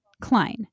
Klein